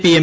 P M